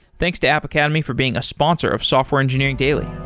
thanks to app academy for being a sponsor of software engineering daily